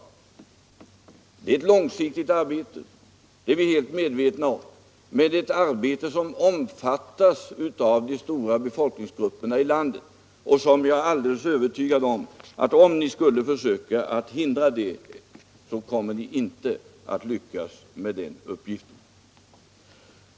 Det är ett långsiktigt arbete, det är vi helt medvetna om, men ett arbete som omfattas av de stora befolkningsgrupperna i landet. Jag är alldeles övertygad om att om ni skulle försöka att hindra detta så kommer ni inte att lyckas.